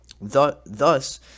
Thus